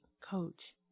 coach